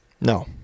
No